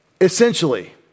essentially